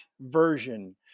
version